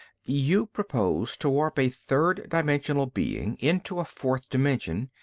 you propose to warp a third-dimensional being into a fourth dimension.